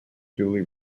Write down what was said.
duly